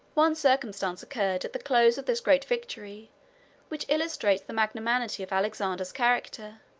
one circumstance occurred at the close of this great victory which illustrates the magnanimity of alexander's character,